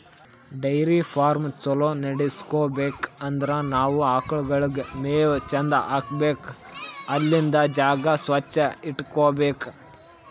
dairy farm ಛಲೋ ನಡ್ಸ್ಬೇಕ್ ಅಂದ್ರ ನಾವ್ ಆಕಳ್ಗೋಳಿಗ್ ಮೇವ್ ಚಂದ್ ಹಾಕ್ಬೇಕ್ ಅಲ್ಲಿಂದ್ ಜಾಗ ಸ್ವಚ್ಚ್ ಇಟಗೋಬೇಕ್